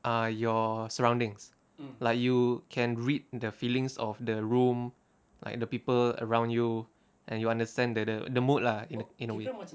uh your surroundings like you can read the feelings of the room like the people around you and you understand that the the mood lah in in a way